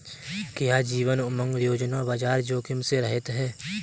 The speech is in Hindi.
क्या जीवन उमंग योजना बाजार जोखिम से रहित है?